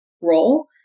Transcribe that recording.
role